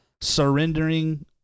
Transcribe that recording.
surrendering